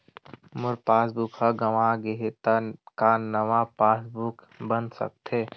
मोर passbook ह गंवा गे हे त का नवा पास बुक बन सकथे?